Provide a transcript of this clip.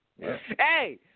Hey